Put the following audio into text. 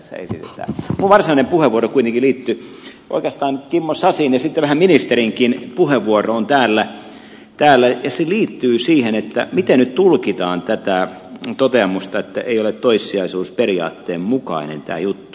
minun varsinainen puheenvuoroni kuitenkin liittyy oikeastaan kimmo sasin ja vähän ministerinkin puheenvuoroon täällä ja se liittyy siihen miten nyt tulkitaan tätä toteamusta että ei ole toissijaisuusperiaatteen mukainen tämä juttu